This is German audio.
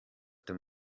dem